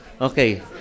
Okay